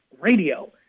radio